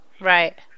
Right